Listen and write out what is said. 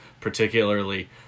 particularly